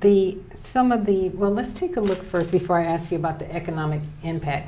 the thumb of the well let's take a look first before i ask you about the economic impact